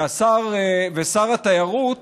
ושר התיירות